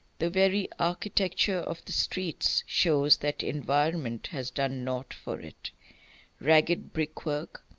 the very architecture of the streets shows that environment has done naught for it ragged brickwork,